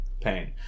pain